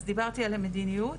אז דיברתי על המדיניות,